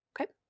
Okay